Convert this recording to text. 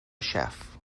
chef